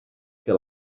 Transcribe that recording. que